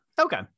okay